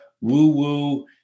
woo-woo